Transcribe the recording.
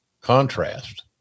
contrast